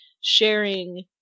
sharing